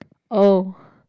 oh